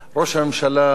ראש הממשלה,